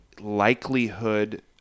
likelihood